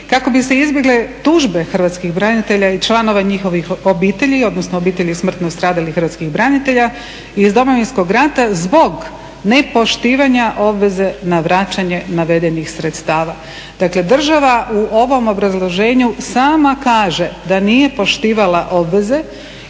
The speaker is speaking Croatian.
"kako bi se izbjegle tužbe hrvatskih branitelja i članova njihovih obitelji odnosno smrtno stradalih hrvatskih branitelja iz Domovinskog rata zbog nepoštivanja obveze na vraćanje navedenih sredstava". Dakle država u ovom obrazloženju sama kaže da nije poštivala obveze